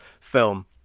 film